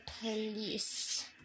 police